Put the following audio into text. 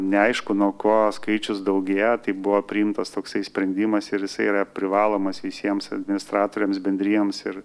neaišku nuo ko skaičius daugėja tai buvo priimtas toks sprendimas ir jisai yra privalomas visiems administratoriams bendrijoms ir